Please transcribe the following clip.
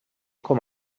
com